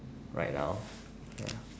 right now ya